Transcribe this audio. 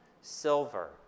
silver